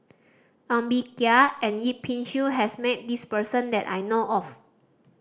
Ng Bee Kia and Yip Pin Xiu has met this person that I know of